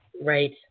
right